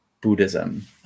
buddhism